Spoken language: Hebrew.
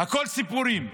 הכול סיפורים,